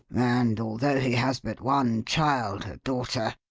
and although he has but one child, a daughter,